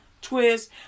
twist